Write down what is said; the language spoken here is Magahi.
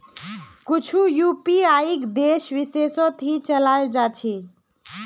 कुछु यूपीआईक देश विशेषत ही चलाल जा छे